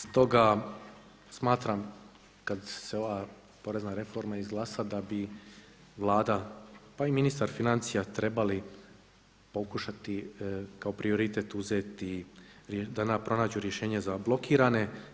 Stoga smatram kad se ova porezna reforma izglasa da bi Vlada, pa i ministar financija trebali pokušati kao prioritet uzeti da nam pronađu rješenja za blokirane.